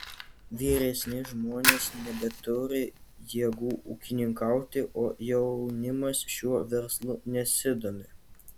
vyresni žmonės nebeturi jėgų ūkininkauti o jaunimas šiuo verslu nesidomi